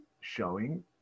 showing